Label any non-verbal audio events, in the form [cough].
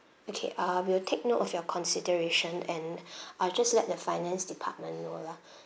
okay uh we will take note of your consideration and [breath] I'll just let the finance department know lah